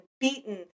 beaten